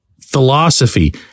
philosophy